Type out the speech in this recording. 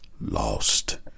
lost